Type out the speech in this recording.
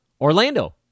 Orlando